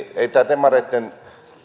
ei tämä demareitten